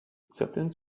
certaines